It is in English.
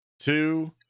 two